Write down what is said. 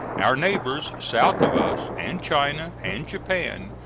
our neighbors south of us, and china and japan,